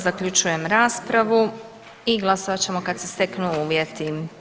Zaključujem raspravu i glasovat ćemo kad se steknu uvjeti.